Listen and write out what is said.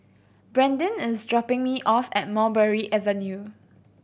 Brandin is dropping me off at Mulberry Avenue